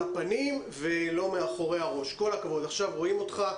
עכשיו רואים אותך.